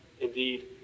Indeed